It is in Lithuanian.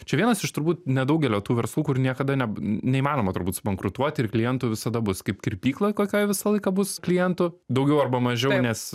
čia vienas iš turbūt nedaugelio tų verslų kur niekada ne neįmanoma turbūt subankrutuoti ir klientų visada bus kaip kirpykloj kokioj visą laiką bus klientų daugiau arba mažiau nes